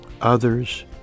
others